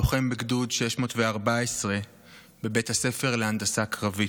לוחם בגדוד 614 בבית הספר להנדסה קרבית,